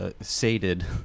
Sated